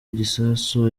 gisasu